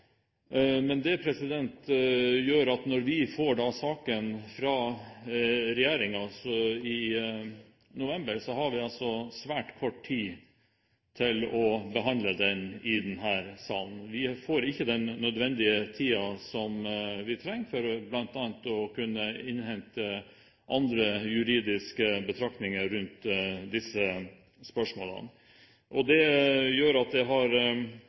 Men det gjør at når vi får saken fra regjeringen i november, har vi svært kort tid til vi skal behandle den i denne salen. Vi får ikke den nødvendige tiden vi trenger for bl.a. å kunne innhente andre juridiske betraktninger rundt disse spørsmålene. Det gjør at det har